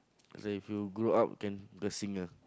it's like if you grow up can be a singer